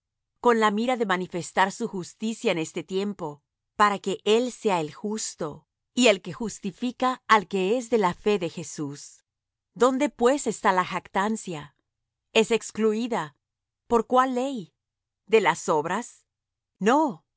con la mira de manifestar su justicia en este tiempo para que él sea el justo y el que justifica al que es de la fe de jesús dondé pues está la jactancia es excluída por cuál ley de las obras no